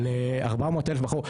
על 400 אלף בחרו,